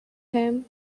him